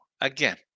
again